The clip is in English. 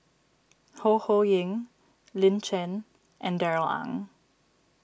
Ho Ho Ying Lin Chen and Darrell Ang